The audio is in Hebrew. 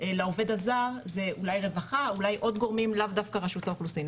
לעובד הזר זה אולי רווחה או אולי עוד גורמים לאו דווקא רשות האוכלוסין,